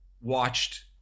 watched